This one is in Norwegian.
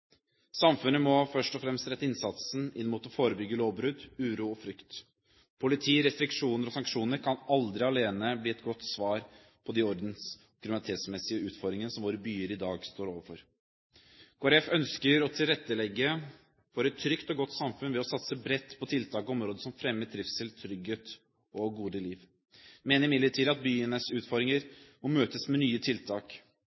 Samfunnet må først og fremst rette innsatsen inn mot å forebygge lovbrudd, uro og frykt. Politi, restriksjoner og sanksjoner kan aldri alene bli et godt svar på de ordens- og kriminalitetsmessige utfordringer som våre byer i dag står overfor. Kristelig Folkeparti ønsker å tilrettelegge for et trygt og godt samfunn ved å satse bredt på tiltak og områder som fremmer trivsel, trygghet og gode liv. Vi mener imidlertid at byenes